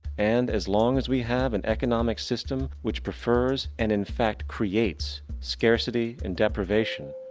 and, as long as we have an economic system, which preferes and infact creates scarcity and deprivation,